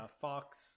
fox